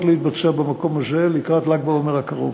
להתבצע במקום הזה לקראת ל"ג בעומר הקרוב.